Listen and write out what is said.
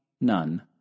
None